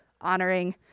honoring